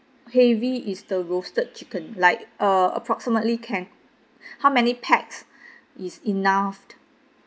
heavy is the roasted chicken like uh approximately can how many pax is enough